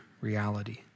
reality